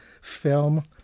film